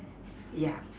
ya